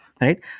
right